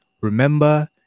remember